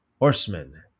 horsemen